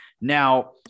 Now